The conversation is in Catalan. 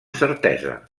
certesa